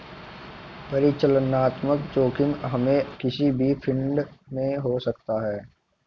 परिचालनात्मक जोखिम हमे किसी भी फील्ड में हो सकता है